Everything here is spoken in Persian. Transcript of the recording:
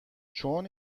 چون